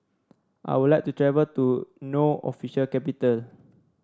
I would like to travel to No official capital